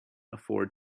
afford